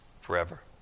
forever